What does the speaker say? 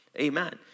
Amen